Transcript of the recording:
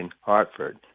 Hartford